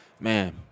man